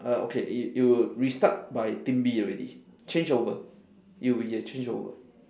uh okay it it will restart by team B already change over it will be a change over